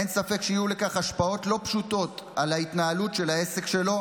אין ספק שיהיו לכך השפעות לא פשוטות על ההתנהלות של העסק שלו,